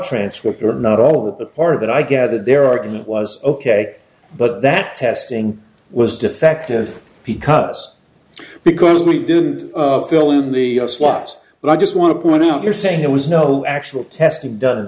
transcript or not on the part that i gathered their argument was ok but that testing was defective because because we didn't fill in the slots but i just want to point out you're saying there was no actual testing done